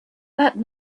that